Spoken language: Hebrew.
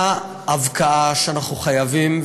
ההבקעה שאנחנו חייבים,